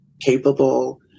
capable